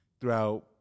throughout